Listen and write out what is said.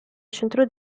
centro